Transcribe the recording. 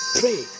pray